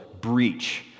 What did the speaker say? breach